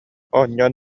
оонньоон